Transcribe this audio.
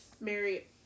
Mary